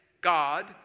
God